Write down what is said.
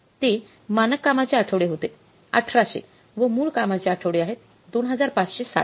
ते मानक कामाचे आठवडे होते १८०० व मूळ कामाचे आठवडे आहेत २५६०